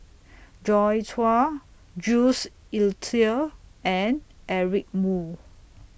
Joi Chua Jules Itier and Eric Moo